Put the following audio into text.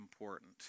important